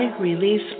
release